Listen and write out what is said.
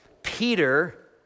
Peter